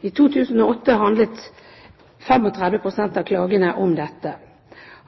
I 2008 handlet 35 pst. av klagene om dette.